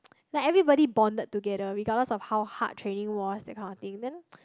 like everybody bonded together regardless of how hard training was that kind of thing then